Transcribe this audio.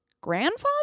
grandfather